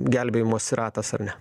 gelbėjimosi ratas ar ne